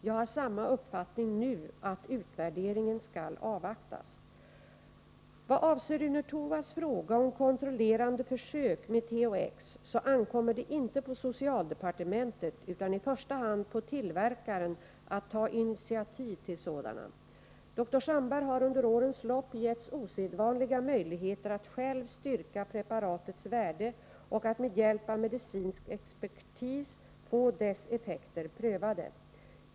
Jag har samma uppfattning nu om att utvärderingen skall avvaktas. Vad avser Rune Torwalds fråga om kontrollerande försök med THX så ankommer det inte på socialdepartementet utan i första hand på tillverkaren att ta initiativ till sådana. Dr Sandberg har under årens lopp getts osedvanliga möjligheter att själv styrka preparatets värde och att med hjälp av medicinsk expertis få dess effekter prövade.